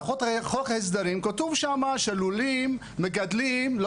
בחוק ההסדרים כתוב שלולים מגדלים לא